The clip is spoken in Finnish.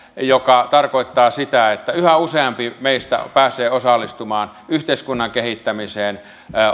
joka tarkoittaa sitä että yhä useampi meistä pääsee osallistumaan yhteiskunnan kehittämiseen